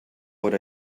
what